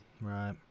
Right